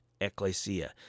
ecclesia